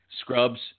Scrubs